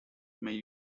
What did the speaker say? may